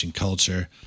culture